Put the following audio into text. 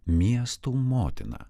miestų motina